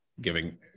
giving